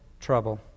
trouble